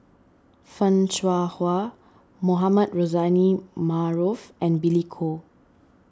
Fan Shao Hua Mohamed Rozani Maarof and Billy Koh